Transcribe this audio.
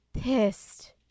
pissed